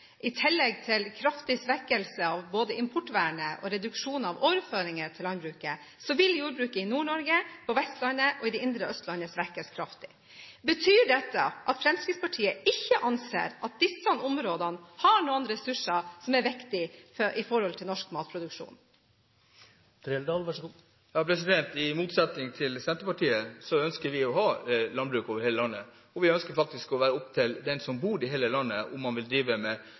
i tillegg til både kraftig svekkelse av importvernet og reduksjon av overføringer til landbruket, vil jordbruket i Nord-Norge, på Vestlandet og i det indre Østlandet svekkes kraftig. Betyr dette at Fremskrittspartiet ikke anser at disse områdene har noen ressurser som er viktige for norsk matproduksjon? I motsetning til Senterpartiet ønsker vi å ha landbruk over hele landet, og vi ønsker faktisk at det skal være opp til dem som bor rundt omkring i hele landet, om man vil drive med